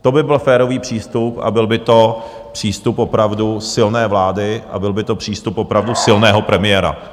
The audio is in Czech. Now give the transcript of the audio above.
To by byl férový přístup, byl by to přístup opravdu silné vlády a byl by to přístup opravdu silného premiéra.